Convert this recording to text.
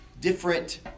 different